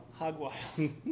Hogwild